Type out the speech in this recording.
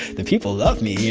the people love me, you